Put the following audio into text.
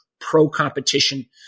pro-competition